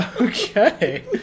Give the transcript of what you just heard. Okay